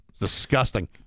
Disgusting